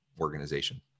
organization